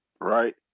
right